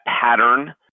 pattern